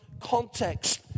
context